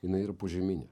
jinai yra požeminė